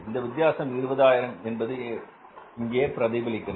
இதன் வித்தியாசம் 20000 என்பது இங்கே பிரதிபலிக்கிறது